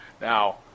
Now